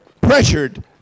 pressured